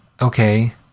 okay